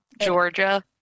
Georgia